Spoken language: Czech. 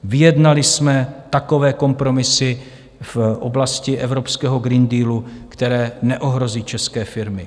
Vyjednali jsme takové kompromisy v oblasti evropského Green Dealu, které neohrozí české firmy.